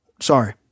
sorry